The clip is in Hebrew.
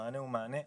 המענה הוא מענה אחיד.